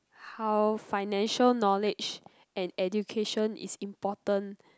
how financial knowledge and education is important